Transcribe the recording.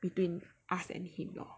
between us and him lor